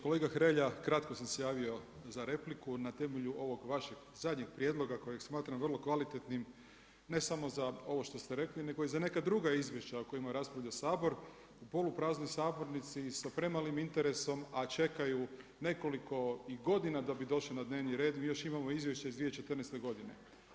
Kolega Hrelja, kratko sam se javio za repliku, na temelju ovog vašeg zadnjeg prijedloga kojeg smatram vrlo kvalitetnim, ne samo za ovo što ste rekli nego i za neka druga izvješća o kojima raspravlja Sabor u polupraznoj sabornici i sa premalim interesom a čekaju nekoliko i godina da bi došli na dnevni red, mi još imamo izvješće iz 2014. godine.